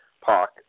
Park